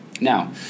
Now